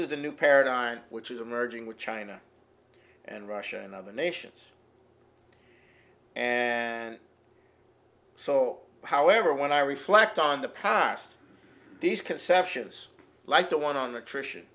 the new paradigm which is emerging with china and russia and other nations and so however when i reflect on the past these conceptions like the one on the tradition